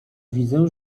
widzę